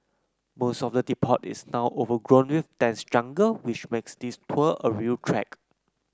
most of the depot is now overgrown with dense jungle which makes this tour a real trek